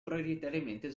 prioritariamente